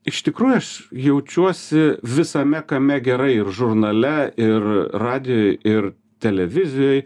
iš tikrųjų aš jaučiuosi visame kame gerai ir žurnale ir radijuj ir televizijoj